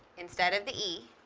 instead of the e,